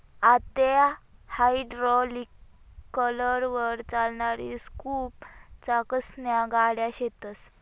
आते हायड्रालिकलवर चालणारी स्कूप चाकसन्या गाड्या शेतस